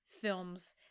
films